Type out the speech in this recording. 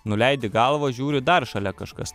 nuleidi galvą žiūri dar šalia kažkas